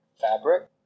Fabric